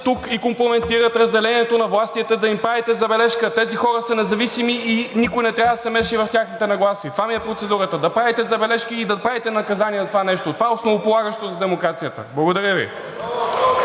тук и компрометират разделението на властите, да им правите забележка, а тези хора са независими и никой не трябва да се меси в тяхната нагласа. Това ми е процедурата – да правите забележки и да налагате наказания за това нещо. Това е основополагащо за демокрацията. Благодаря Ви.